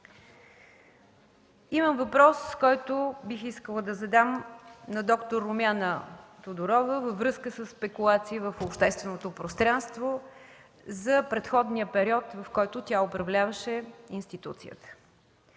Имам въпрос, който бих искала да задам на д-р Румяна Тодорова във връзка със спекулации в общественото пространство за предходния период, когато тя управляваше институцията.